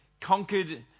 conquered